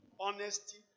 honesty